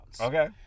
Okay